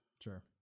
Sure